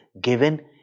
given